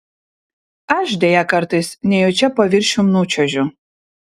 aš deja kartais nejučia paviršium nučiuožiu